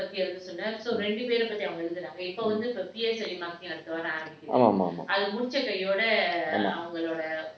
ஆமாம் ஆமாம் ஆமாம் ஆமாம்:aamaam aamaam aamaam aamaam